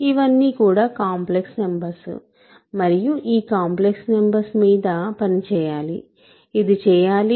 ఇవన్నీ కూడా complex numbers మరియు ఈ కాంప్లెక్స్ నంబర్స్ మీద పని చేయాలి ఇది చేయాలి అంటే 1 2y తో భాగించాలి